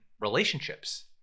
relationships